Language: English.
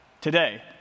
today